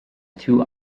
two